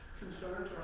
concerns,